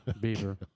beaver